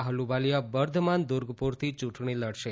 આફલુવાલિયા બર્ધમાન દુર્ગપુરથી યૂંટણી લડશે